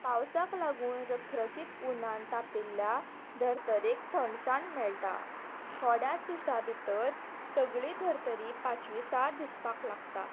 पावसाक लागून रखरखीत उनान तापिल्या धर्तरेक थंडसाण मेळटा थोड्याच दिसां भितर सगळीं धर्तरी पाचवीचार दिसपाक लागता